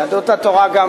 יהדות התורה ירדו.